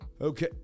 okay